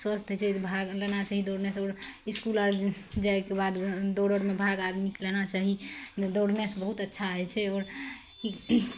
स्वस्थ होइ छै भाग लेना चाही दौड़नेसँ आओर इसकुल आर जाइके बाद दौड़ औरमे भाग आदमीके लेना चाही दौड़नेसँ बहुत अच्छा होइ छै आओर कि